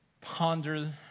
ponder